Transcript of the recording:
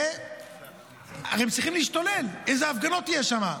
הרי הם צריכים להשתולל, איזה הפגנות יהיו שם.